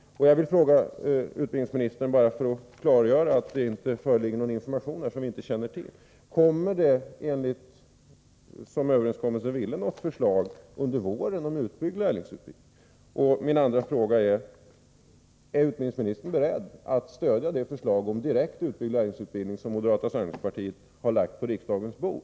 Barå för att klarlägga att det inte finns information i denna fråga som vi inte känner till, vill jag fråga utbildningsministern: Kommer riksdagen, i enlighet med överenskommelsen, att föreläggas förslag under våren om utbyggd lärlingsutbildning? Är utbildningsministern beredd att stödja det förslag om direkt utbyggd lärlingsutbildning som moderata samlingspartiet har lagt på riksdagens bord?